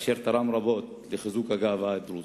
אשר תרם רבות לחיזוק הגאווה הדרוזית.